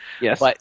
Yes